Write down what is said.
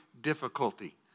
difficulty